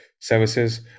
services